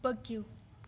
پٔکِو